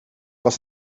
was